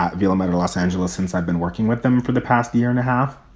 ah velimir and los angeles, since i've been working with them for the past year and a half,